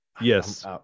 Yes